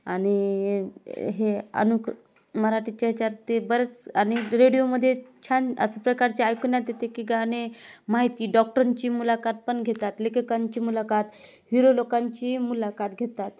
आणि हे अमुक मराठीच्या ह्याच्यार ते बरेच आणि रेडिओमध्ये छान अशा प्रकारच्या ऐकवण्यात येते की गाणे माहिती डॉक्टरांची मुलाखत पण घेतात लेखकांची मुलाखत हिरो लोकांची मुलाखत घेतात